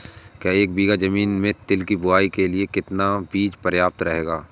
एक बीघा ज़मीन में तिल की बुआई के लिए कितना बीज प्रयाप्त रहेगा?